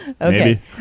Okay